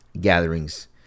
gatherings